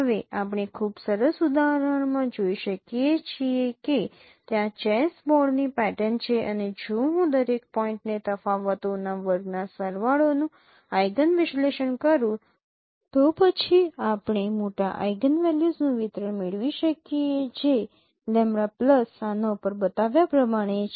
હવે આપણે આ ખૂબ સરસ ઉદાહરણમાં જોઈ શકીએ છીએ કે ત્યાં ચેસ બોર્ડની પેટર્ન છે અને જો હું દરેક પોઈન્ટએ તફાવતોના વર્ગના સરવાળોનું આઇગન વિશ્લેષણ કરું તો પછી આપણે મોટા આઇગનવેલ્યુસનું વિતરણ મેળવી શકીએ જે આના ઉપર બતાવ્યા પ્રમાણે છે